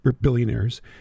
billionaires